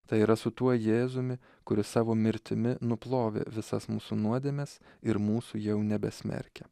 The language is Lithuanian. tai yra su tuo jėzumi kuris savo mirtimi nuplovė visas mūsų nuodėmes ir mūsų jau nebesmerkia